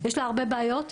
יש לה הרבה בעיות,